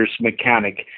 mechanic